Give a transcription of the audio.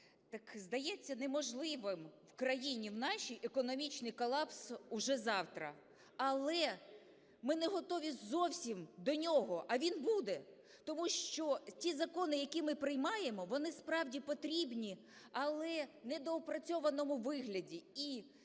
так здається неможливим в країні нашій економічній колапс уже завтра, але ми не готові зовсім до нього, а він буде. Тому що ті закони, які ми приймаємо, вони справді потрібні, але в недоопрацьованому вигляді